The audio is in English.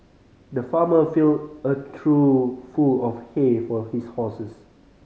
the farmer filled a trough full of hay for his horses